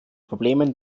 problemen